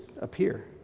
appear